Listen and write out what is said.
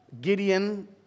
Gideon